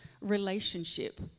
relationship